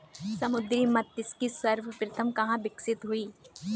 समुद्री मत्स्यिकी सर्वप्रथम कहां विकसित हुई?